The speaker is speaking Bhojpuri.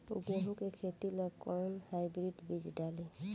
गेहूं के खेती ला कोवन हाइब्रिड बीज डाली?